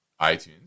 iTunes